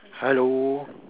hello